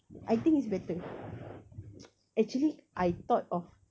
I think it's better actually I thought of